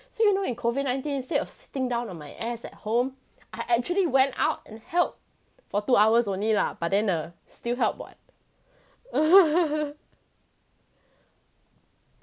so you know in COVID nineteen instead of sitting down on my ass at home I actually went out and helped for two hours only lah but then err still help [what]